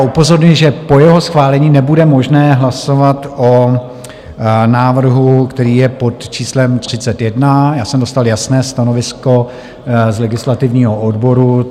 Upozorňuji, že po jeho schválení nebude možné hlasovat o návrhu, který je pod číslem 31, já jsem dostal jasné stanovisko z legislativního odboru.